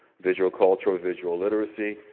visual culture or visual literacy,